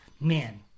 Man